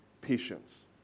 patience